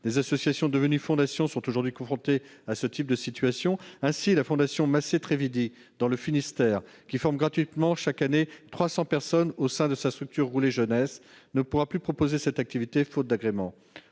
Des associations devenues fondations sont aujourd'hui confrontées à ce type de situation. Ainsi, la fondation Massé-Trévidy, dans le Finistère, qui forme gratuitement chaque année 300 personnes au sein de sa structure « Roulez jeunesses », ne pourra plus proposer cette activité, faute d'agrément.